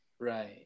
right